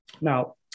Now